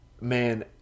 man